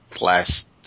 last